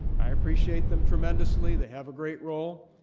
i appreciate them tremendously. they have a great role.